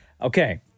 Okay